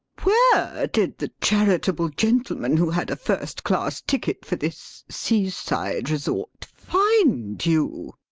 where did the charitable gentleman who had a first-class ticket for this seaside resort find you?